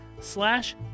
slash